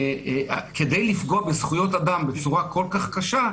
כדי לפגוע בזכויות אדם בצורה כל כך קשה,